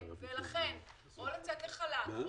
או לצאת לחל"ת,